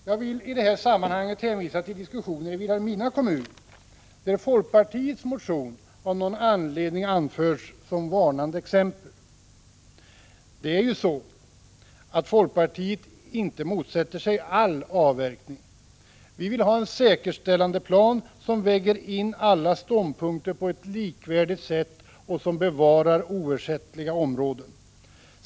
Jag vill i det här sammanhanget hänvisa till diskussioner i Vilhelmina kommun, där folkpartiets motion av någon anledning anförts som varnande exempel. Folkpartiet motsätter sig inte all avverkning. Vi vill ha en säkerställandeplan som väger in alla ståndpunkter på ett likvärdigt sätt och som bevarar oersättliga områden.